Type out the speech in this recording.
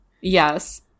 Yes